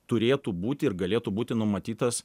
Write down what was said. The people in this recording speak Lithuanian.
turėtų būti ir galėtų būti numatytas